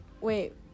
Wait